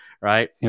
Right